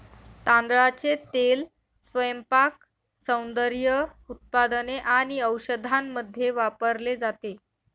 तांदळाचे तेल स्वयंपाक, सौंदर्य उत्पादने आणि औषधांमध्ये वापरले जाते